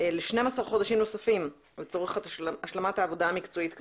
ל-12 חודשים נוספים לצורך השלמת העבודה המקצועית כנדרש.